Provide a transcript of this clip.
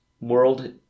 world